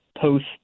post